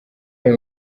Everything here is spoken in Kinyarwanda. ayo